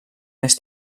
més